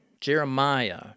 Jeremiah